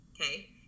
okay